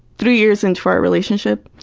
three years into our relationship,